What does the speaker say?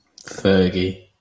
Fergie